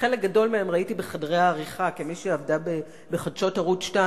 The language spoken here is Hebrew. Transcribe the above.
וחלק גדול מהם ראיתי בחדרי העריכה כמי שעבדה בחדשות ערוץ-2,